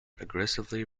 aggressively